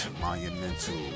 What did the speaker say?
monumental